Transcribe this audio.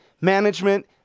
management